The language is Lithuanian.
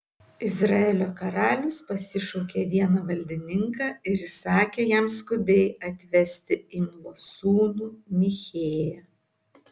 izraelio karalius pasišaukė vieną valdininką ir įsakė jam skubiai atvesti imlos sūnų michėją